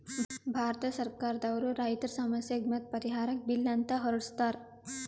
ಭಾರತ್ ಸರ್ಕಾರ್ ದವ್ರು ರೈತರ್ ಸಮಸ್ಯೆಗ್ ಮತ್ತ್ ಪರಿಹಾರಕ್ಕ್ ಬಿಲ್ ಅಂತ್ ಹೊರಡಸ್ತಾರ್